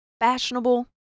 Fashionable